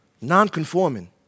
non-conforming